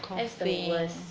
that's the worst